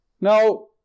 Now